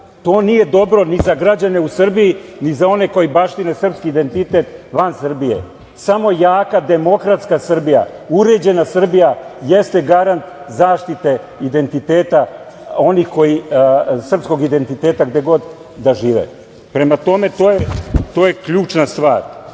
To nije dobro ni za građane u Srbiji, ni za one koji baštine srpski identitet van Srbije. Samo jaka, demokratska Srbija, uređena Srbija jeste garant zaštite srpskog identiteta gde god da žive. Prema tome, to je ključna stvar. Na